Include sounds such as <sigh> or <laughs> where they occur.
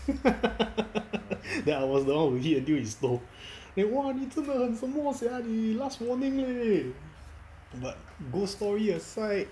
<laughs> that I was the one who hit until his toe then !wah! 你真的很什么 sia 你 last warning leh but ghost story aside